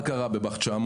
מה קרה בב"אח 900?